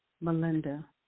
Melinda